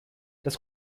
das